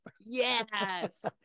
Yes